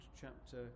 chapter